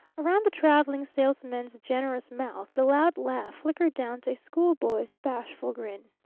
around the traveling salesman's generous mouth the loud laugh flickered down to a schoolboy's bashful grin.